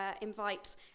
invite